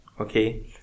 okay